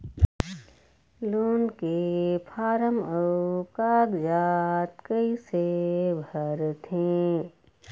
Loan के form अऊ कागजात कइसे भरथें?